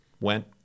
went